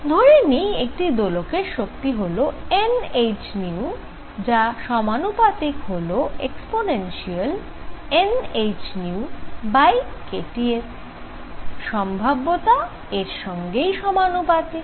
ধরে নিই একটি দোলকের শক্তি হল n h যা সমানুপাতিক হল e nhνkT এর সম্ভাব্যতা এর সঙ্গেই সমানুপাতিক